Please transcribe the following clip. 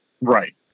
Right